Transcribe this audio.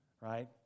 right